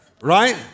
right